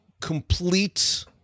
complete